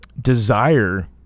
desire